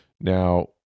Now